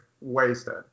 wasted